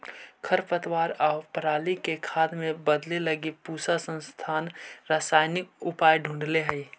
खरपतवार आउ पराली के खाद में बदले लगी पूसा संस्थान रसायनिक उपाय ढूँढ़ले हइ